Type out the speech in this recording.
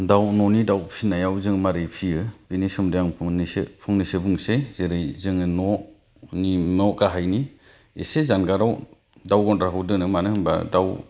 दाउ न'नि दाउ फिसिनायाव जों माबोरै फिसियो बेनि सोमोन्दै आं फंनैसो बुंनोसै जेरै जोङो न' गाहायनि एसे जानगाराव दाउ गन्द्राखौ दोनो मानो होनोबा दाउ